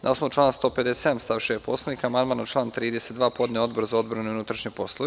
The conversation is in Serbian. Na osnovu člana 157. stav 6. Poslovnika, amandman na član 32. podneo je Odbor za odbranu i unutrašnje poslove.